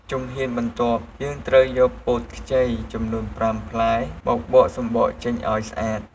ជំហានបន្ទាប់ យើងត្រូវយកពោតខ្ចីចំនួន៥ផ្លែមកបកសំបកចេញឱ្យស្អាត។